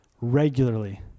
regularly